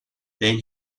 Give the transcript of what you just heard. then